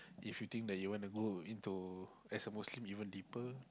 if you think that you want to go into as a Muslim even deeper